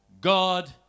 God